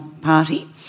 Party